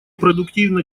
продуктивно